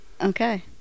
Okay